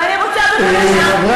ואני רוצה, ברשותכם, להמשיך.